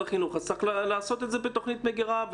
החינוך אז צריך לעשות את זה בתוכנית מגירה,